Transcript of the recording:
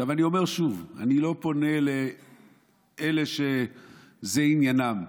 אני אומר שוב, אני לא פונה לאלה שזה עניינם,